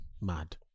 mad